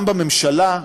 גם בממשלה,